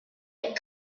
had